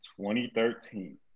2013